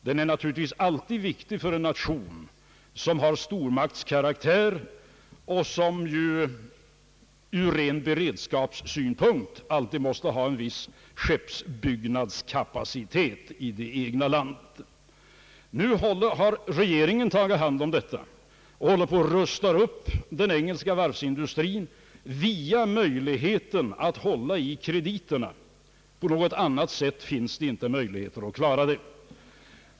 Den är naturligtvis alltid viktig för en nation som har stormaktskaraktär och som ur ren beredskapssynpunkt måste ha en viss skeppsbyggnadskapacitet i det egna landet. Nu har regeringen tagit hand om detta och håller på att rusta upp den engelska varvsindustrin via sina möjligheter att kontrollera krediterna; något annat sätt att klara problemet finns inte.